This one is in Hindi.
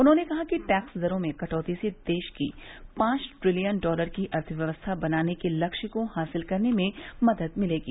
उन्होंने कहा कि टैक्स दरों में कटौती से देश की पाँच ट्रिलियन डालर की अर्थव्यवस्था बनाने के लक्ष्य को हासिल करने में मद्द मिलेगी